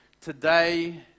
today